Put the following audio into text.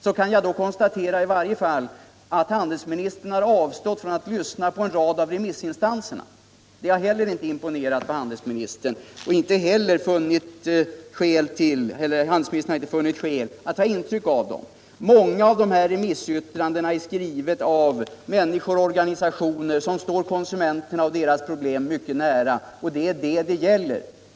Då kan jag i varje fall konstatera att handelsministern har avstått från att lyssna på en rad av remissinstanserna. De har inte heller imponerat på handelsministern, och han har inte funnit skäl att ta intryck av dem. Många av dessa remissyttranden är skrivna av människor och organisationer som står konsumenterna och deras problem mycket nära, och det är detta det gäller.